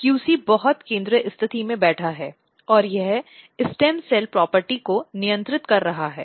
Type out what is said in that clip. QC बहुत केंद्रीय स्थिति में बैठा है और यह स्टेम सेल प्रॉपर्टी को नियंत्रित कर रहा है